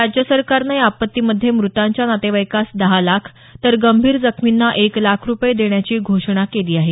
राज्य सरकारनं या आपत्तीमध्ये मृतांच्या नातेवाईकास दहा लाख तर गंभीर जखमींना एक लाख रुपये देण्याची घोषणा केली आहे